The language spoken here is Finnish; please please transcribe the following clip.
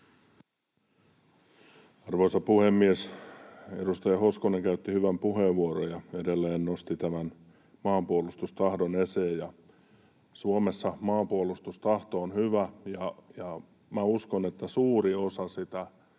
Arvoisa puhemies! Edustaja Hoskonen käytti hyvän puheenvuoron ja edelleen nosti maanpuolustustahdon esiin. Suomessa maanpuolustustahto on hyvä, ja uskon, että suuri osa sitä